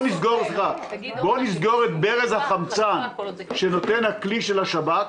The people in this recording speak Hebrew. נסגור את ברז החמצן שנותן הכלי של השב"כ,